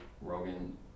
Rogan